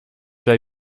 may